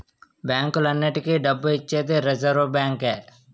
బ్యాంకులన్నింటికీ డబ్బు ఇచ్చేది రిజర్వ్ బ్యాంకే